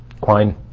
quine